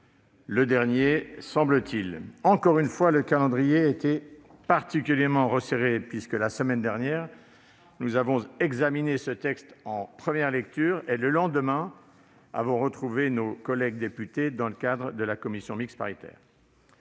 le dernier, semble-t-il. Encore une fois, le calendrier a été particulièrement resserré, puisque, la semaine dernière, nous avons examiné ce texte en première lecture et, le lendemain, avons retrouvé nos collègues députés dans le cadre de la CMP. À l'occasion de